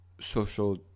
social